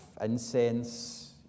incense